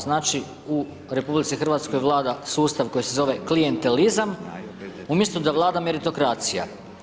Znači u RH vlada sustav koji se zove klijentalizam umjesto da vlada meritokracija.